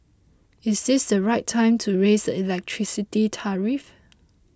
is this the right time to raise the electricity tariff